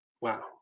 Wow